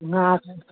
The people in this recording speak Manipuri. ꯉꯥ